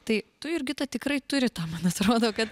tai tu jurgita tikrai turi tą man atrodo kad